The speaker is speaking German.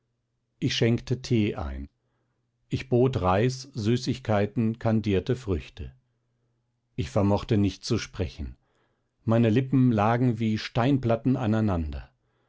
ich schenkte tee ein ich bot reis süßigkeiten kandierte früchte ich vermochte nicht zu sprechen meine lippen lagen wie steinplatten aneinander